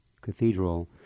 cathedral